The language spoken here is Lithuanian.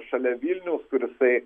šalia vilniaus kur jisai